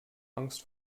angst